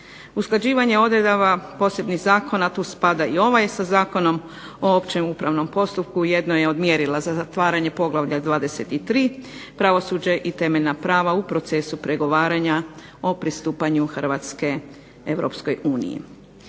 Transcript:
Usklađivanje odredaba posebnih zakona, tu spada i ovaj sa Zakonom o upravnom postupku jedno je od mjerila za zatvaranje poglavlja 23. pravosuđe i temeljna prava u procesu pregovaranja o pristupanju Hrvatske